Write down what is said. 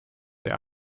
der